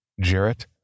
Jarrett